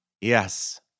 Yes